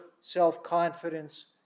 self-confidence